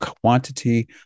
quantity